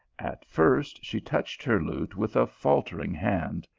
at first she touched her lute with a faltering hand,